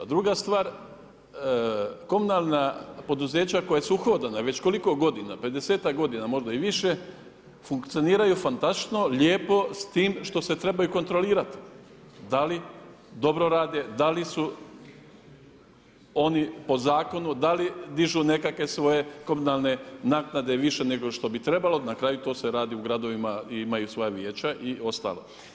A druga stvar komunalna poduzeća koja su uhodana već koliko godina, 50ak godina možda i više funkcioniraju fantastično, lijepo s tim što se trebaju kontrolirati, da li dobro rade, da li su oni po zakonu, da li dižu nekakve svoje komunalne naknade više nego što bi trebalo, na kraju to se radi u gradovima i imaju svoja vijeća i ostalo.